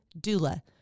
DULA